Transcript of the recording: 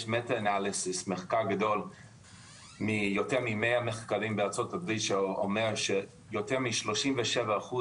יש מחקר גדול של יותר ממאה מחקרים בארצות הברית שאומר שיותר מ-37%